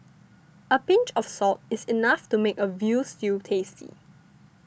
a pinch of salt is enough to make a Veal Stew tasty